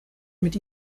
mit